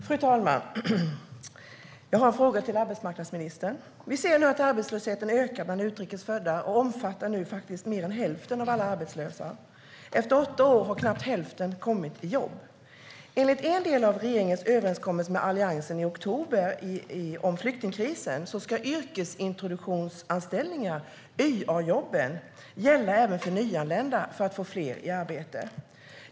Fru talman! Jag har en fråga till arbetsmarknadsministern. Vi ser att arbetslösheten ökar bland utrikes födda och nu faktiskt omfattar mer än hälften av alla arbetslösa. Efter åtta år har knappt hälften kommit i jobb. Enligt en del av regeringens överenskommelse med Alliansen i oktober, om flyktingkrisen, ska yrkesintroduktionsanställningar - YA-jobb - gälla även för nyanlända. Det handlar om att få fler i arbete.